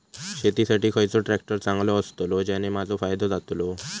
शेती साठी खयचो ट्रॅक्टर चांगलो अस्तलो ज्याने माजो फायदो जातलो?